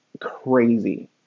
crazy